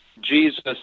Jesus